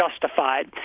justified